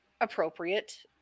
appropriate